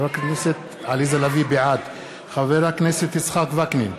בעד יצחק וקנין,